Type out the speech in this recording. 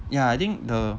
ya I think the